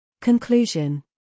Conclusion